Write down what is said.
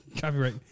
Copyright